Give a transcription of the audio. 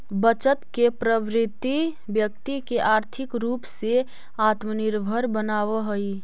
बचत के प्रवृत्ति व्यक्ति के आर्थिक रूप से आत्मनिर्भर बनावऽ हई